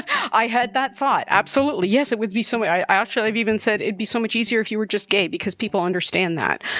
i heard that thought. absolutely. yes, it would be silly. i actually have even said it'd be so much easier if you were just gay, because people understand that.